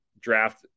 draft